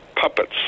puppets